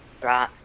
right